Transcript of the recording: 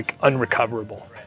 unrecoverable